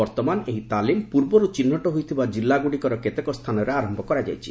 ବର୍ତ୍ତମାନ ଏହି ତାଲିମ୍ ପୂର୍ବରୁ ଚିହ୍ନଟ ହୋଇଥିବା ଜିଲ୍ଲାଗୁଡ଼ିକର କେତେକ ସ୍ଥାନରେ ଆରମ୍ଭ କରାଯାଇଛି